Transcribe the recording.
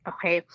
Okay